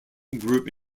group